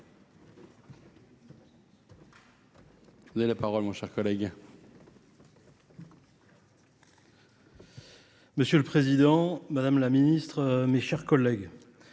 Monsieur le président, madame la ministre, mes chers collègues,